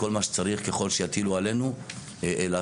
כל מה שצריך ככל שיטילו עלינו לעשות